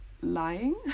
lying